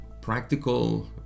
practical